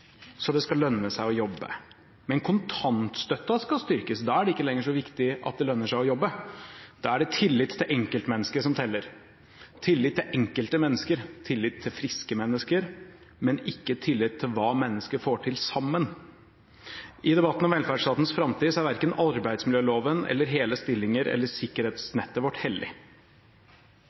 så det skal lønne seg å jobbe, men kontantstøtten skal styrkes. Da er det ikke lenger så viktig at det lønner seg å jobbe, da er det tillit til enkeltmennesket som teller – tillit til enkelte mennesker, tillit til friske mennesker, men ikke tillit til hva mennesker får til sammen. I debatten om velferdsstatens framtid er verken arbeidsmiljøloven, hele stillinger eller sikkerhetsnettet vårt hellig.